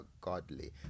Godly